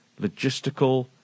logistical